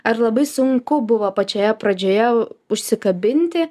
ar labai sunku buvo pačioje pradžioje užsikabinti